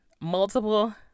multiple